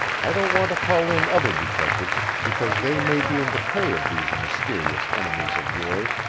i don't want to call in other detectives, because they may be in the pay of these mysterious enemies of yours,